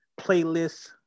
playlists